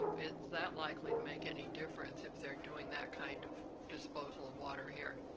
that likely to make any difference if they're doing that kind of disposal of water here?